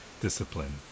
discipline